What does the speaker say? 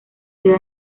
sede